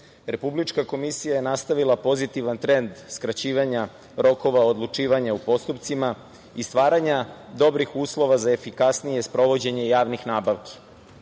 godine. Republička komisija je nastavila pozitivan trend skraćivanja rokova odlučivanja u postupcima i stvaranja dobrih uslova za efikasnije sprovođenje javnih nabavki. Zadatak